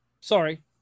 Sorry